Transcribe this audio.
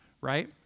right